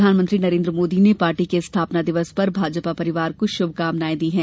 प्रधानमंत्री नरेन्द्र मोदी ने पार्टी के स्थापना दिवस पर भाजपा परिवार को शुभकामनाएं दी हैं